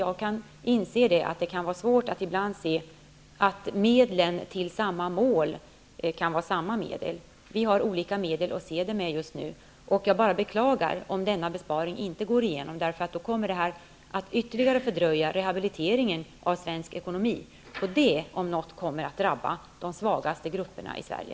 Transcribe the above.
Jag kan inse att det kan vara svårt att ibland se att medlen kan leda till samma mål. Vi har just nu olika sätt att se det. Jag beklagar om denna besparing inte går igenom. Det kommer att ytterligare fördröja rehabiliteringen av svensk ekonomi. Detta om något kommer att drabba de svagaste grupperna i Sverige.